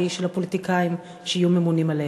של הפוליטיקאים שיהיו ממונים עליהם.